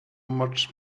much